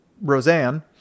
Roseanne